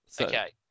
okay